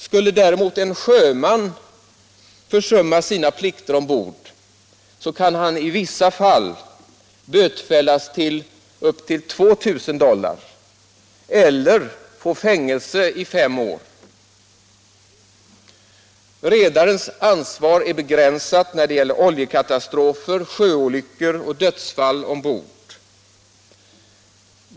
Skulle däremot en sjöman försumma sina plikter ombord, kan han i vissa fall bötfällas upp till 2000 dollar eller få fängelse i fem år. Redarens ansvar är begränsat när det gäller oljekatastrofer, sjöolyckor, yrkesskador och dödsfall ombord.